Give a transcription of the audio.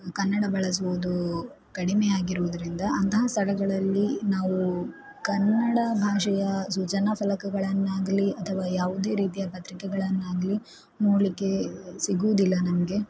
ಕನ್ನಡ ಬಳಸುವುದು ಕಡಿಮೆಯಾಗಿರುವುದರಿಂದ ಅಂತಹ ಸ್ಥಳಗಳಲ್ಲಿ ನಾವು ಕನ್ನಡ ಭಾಷೆಯ ಸೂಚನಾ ಫಲಕಗಳನ್ನಾಗಲಿ ಅಥವಾ ಯಾವುದೇ ರೀತಿಯ ಪತ್ರಿಕೆಗಳನ್ನಾಗಲಿ ನೋಡಲಿಕ್ಕೆ ಸಿಗುವುದಿಲ್ಲ ನಮಗೆ